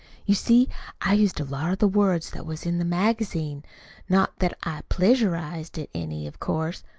you see i used a lot of the words that was in the magazine not that i pleasurized it any, of course.